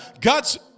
God's